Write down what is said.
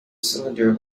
cylinder